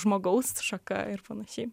žmogaus šaka ir panašiai